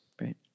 right